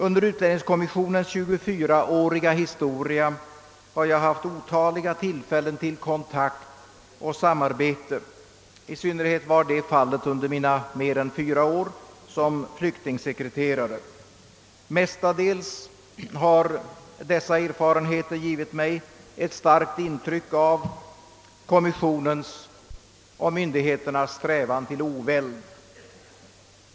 Under utlänningskommissionens 24 åriga historia har jag haft otaliga tillfällen till kontakter och samarbete med den. I synnerhet var detta fallet under mina mer än fyra år såsom flyktingssekreterare. Mestadels har dessa erfarenheter givit mig ett starkt intryck av kommissionens och myndigheternas strävan till oväld.